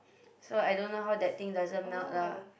so I don't know how that thing doesn't melt lah